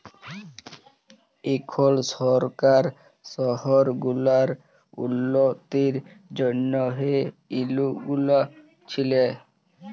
এখল সরকার শহর গুলার উল্ল্যতির জ্যনহে ইগুলা দিছে